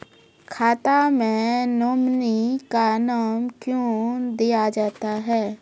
खाता मे नोमिनी का नाम क्यो दिया जाता हैं?